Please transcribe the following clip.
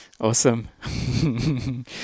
Awesome